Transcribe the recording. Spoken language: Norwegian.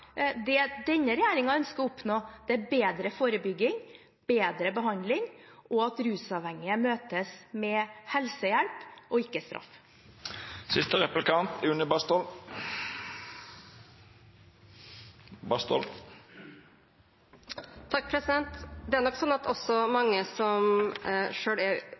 Det denne regjeringen ønsker å oppnå, er bedre forebygging, bedre behandling og at rusavhengige møtes med helsehjelp og ikke straff. Det er nok sånn at mange som er avhengig, selv vil være usikre på om de har en avhengighet. Jeg mener det er